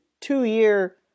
two-year